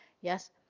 yes